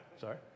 Sorry